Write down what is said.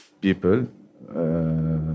people